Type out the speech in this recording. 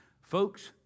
Folks